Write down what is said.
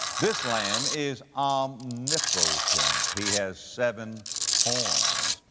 this lamb is um you know omnipotent. he has seven horns.